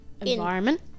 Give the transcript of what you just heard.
environment